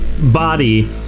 body